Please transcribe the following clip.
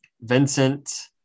Vincent